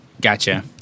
Gotcha